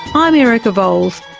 i'm erica vowles,